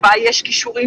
לייצר יחד עם המורים,